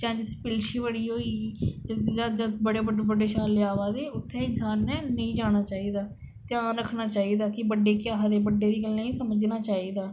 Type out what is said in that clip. जां जित्थे पिलशी बड़ी होई गेई जां बडे़ बडे़ छल्ले आवै जे उत्थै इंसान ने नेईं जाना चाहिदा घ्यान रखना चाहिदा कि बड्डे केह् आक्खा दे बड्डें दी गल्ल गी समझना चाहिदा